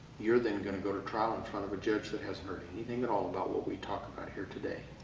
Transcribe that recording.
you're then going to go to trial in front of a judge that hasn't heard anything at all about what we talk about here today,